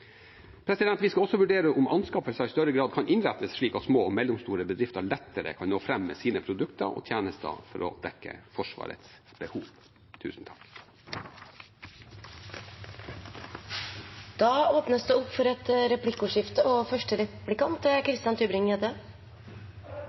Vi skal også vurdere om anskaffelser i større grad kan innrettes slik at små og mellomstore bedrifter lettere kan nå fram med sine produkter og tjenester for å dekke Forsvarets behov.